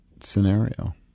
scenario